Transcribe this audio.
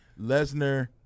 Lesnar